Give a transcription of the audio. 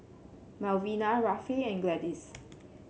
Melvina Rafe and Gladys